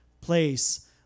place